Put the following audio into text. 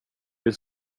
vill